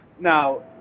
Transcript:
now